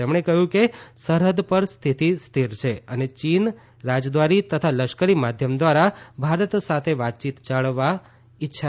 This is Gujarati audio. તેમણે કહ્યું કે સરહદ પર સ્થિતિ સ્થિર છે અને ચીન રાજદ્વારી તથા લશ્કર માધ્યમ દ્વારા ભારત સાથે વાતચીત જાળવા રાખવા ઇચ્છે છે